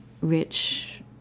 rich